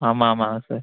ஆமாம் ஆமாங்க சார்